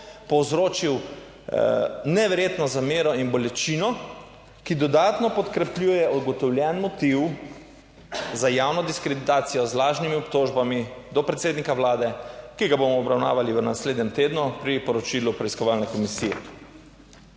povzročil neverjetno zamero in bolečino, ki dodatno podkrepljuje ugotovljen motiv za javno diskreditacijo z lažnimi obtožbami do predsednika Vlade, ki ga bomo obravnavali v naslednjem tednu pri poročilu preiskovalne komisije.